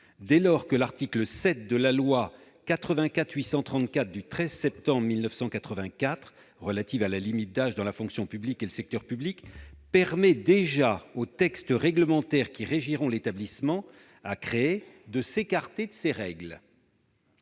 dès lors que l'article 7 de la loi n° 84-834 du 13 septembre 1984 relative à la limite d'âge dans la fonction publique et le secteur public permet déjà aux textes réglementaires qui régiront l'établissement à créer de s'écarter de ces règles.